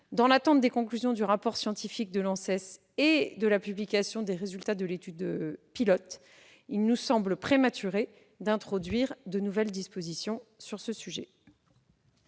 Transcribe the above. Dans l'attente des conclusions du rapport scientifique de l'ANSES et de la publication des résultats de l'étude pilote, il nous semble prématuré d'introduire de nouvelles dispositions sur ce sujet.